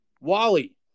Wally